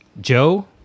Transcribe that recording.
Joe